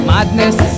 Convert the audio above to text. Madness